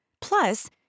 Plus